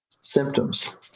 symptoms